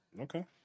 okay